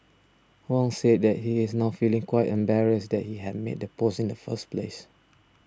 Wong said that he is now feeling quite embarrassed that he had made the post in the first place